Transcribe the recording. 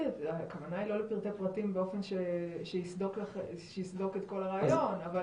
הכוונה לא לפרטי-פרטים באופן שיסדוק את כל הרעיון אבל